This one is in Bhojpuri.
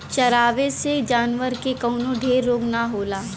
चरावे से जानवर के कवनो ढेर रोग ना होला